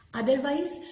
otherwise